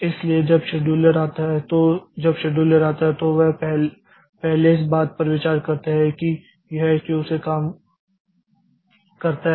इसलिए जब शेड्यूलर आता है तो जब शेड्यूलर आता है तो वे पहले इस बात पर विचार करता है कि यह क्यू से काम करता है